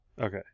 Okay